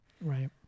Right